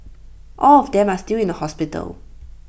all of them are still in the hospital